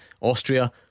Austria